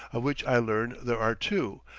of which i learn there are two,